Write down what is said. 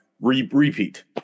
repeat